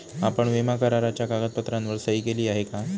आपण विमा कराराच्या कागदपत्रांवर सही केली आहे का?